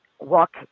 walk